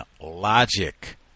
logic